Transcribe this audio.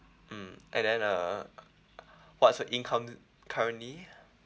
mm and then uh what's your income currently